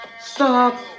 Stop